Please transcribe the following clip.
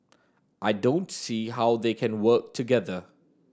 I don't see how they can work together